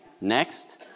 Next